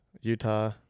Utah